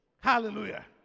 hallelujah